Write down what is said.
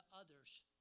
others